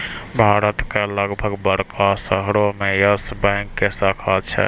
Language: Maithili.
भारत के लगभग बड़का शहरो मे यस बैंक के शाखा छै